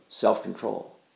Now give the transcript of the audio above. self-control